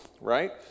right